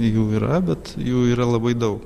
jų yra bet jų yra labai daug